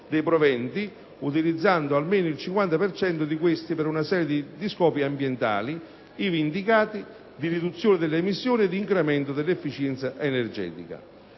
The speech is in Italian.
dei proventi, utilizzando almeno il 50 per cento di questi per una serie di scopi ambientali, ivi indicati, di riduzione delle emissioni e di incremento dell'efficienza energetica.